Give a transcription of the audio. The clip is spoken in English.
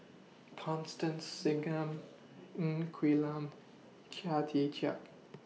Constance Singam Ng Quee Lam Chia Tee Chiak